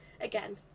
again